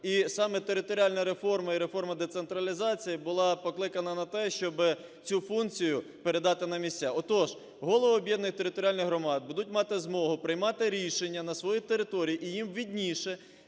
І саме територіальна реформа і реформа децентралізації була покликана на те, щоби цю функцію передати на місця. Отож, голови об'єднаних територіальних громад будуть мати змогу приймати рішення на своїй території, і їм видніше,